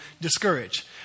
discouraged